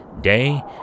day